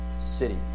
city